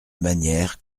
manière